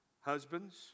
husbands